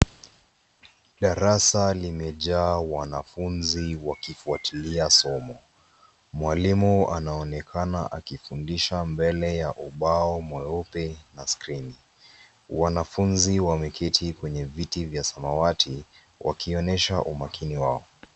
Darasa limejaa wanafunzi wakifuatilia somo . Mwalimu anaonekana akifundisha mbele ya ubao mweupe na skrini. Wanafunzi wameketi kwenye viti vya samawati wakionyesha umakini wao.